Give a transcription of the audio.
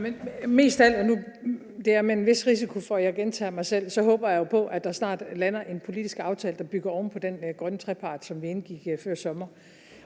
Men mest af alt – og det er med en vis risiko for, at jeg gentager mig selv – håber jeg jo på, at der snart lander en politisk aftale, som bygger oven på den grønne trepart, som vi indgik før sommer.